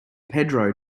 pedro